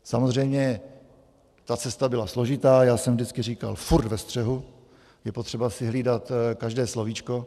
Samozřejmě ta cesta byla složitá, já jsem vždycky říkal: furt ve střehu, je potřeba si hlídat každé slovíčko.